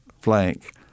flank